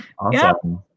awesome